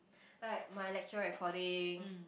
like my lecture recording